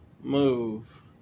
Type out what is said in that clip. Move